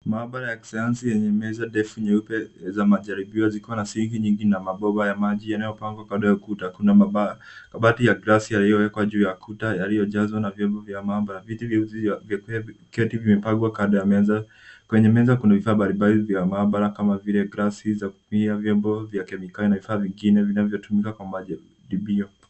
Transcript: Maabara ya kisayansi yenye meza ndefu nyeupe za majaribio ziko na sinki nyingi na mabomba ya maji yanayopangwa kando ya kuta. Kuna maabara, mabati ya glasi yaliyowekwa juu ya kuta, yaliyojazwa na vyombo vya maabara. Viti viwili vya kuketi vimepangwa kando ya meza. Kwenye meza kuna vifaa mbalimbali vya maabara kama vile glasi za kutumia, vyombo vya kemikali na vifaa vingine vinavyotumika kwa majaribio.